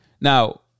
Now